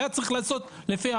אני חוזר על מה